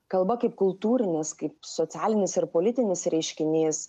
kalba kaip kultūrinis kaip socialinis ir politinis reiškinys